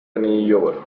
iyobora